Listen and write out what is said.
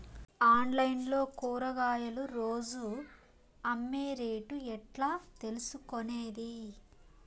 Online లో కూరగాయలు రోజు అమ్మే రేటు ఎట్లా తెలుసుకొనేది?